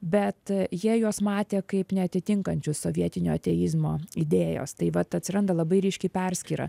bet jie juos matė kaip neatitinkančius sovietinio ateizmo idėjos tai vat atsiranda labai ryški perskyra